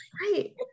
right